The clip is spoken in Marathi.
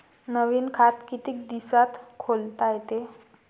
नवीन खात कितीक दिसात खोलता येते?